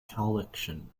collection